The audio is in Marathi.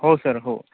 हो सर हो